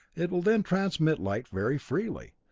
it will then transmit light very freely.